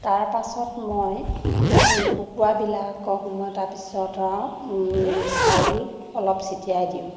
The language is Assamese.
তাৰ পাছত মই কুকুৰাবিলাকক মই তাৰ পিছত চাউল অলপ ছিটিয়াই দিওঁ